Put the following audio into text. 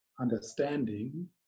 understanding